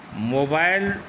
mobile